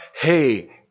hey